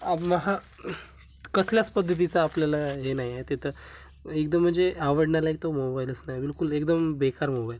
आ महा कसल्याच पद्धतीचं आपल्याला हे नाही आहे तिथं एकदम म्हणजे आवडण्यालायक तो मोबाईलच नाही आहे बिलकुल एकदम बेकार मोबाईल आहे